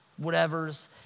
whatevers